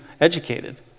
educated